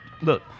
Look